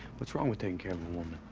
what's wrong with taking care of a woman?